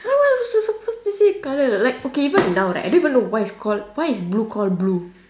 how am I to suppose to say colour like okay even now right I don't even know why it's called why is blue called blue